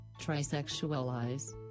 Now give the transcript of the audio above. trisexualize